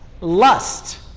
lust